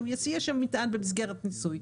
שיסיע שם מטען במסגרת ניסוי,